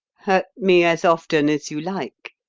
hurt me as often as you like,